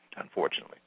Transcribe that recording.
unfortunately